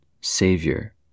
Savior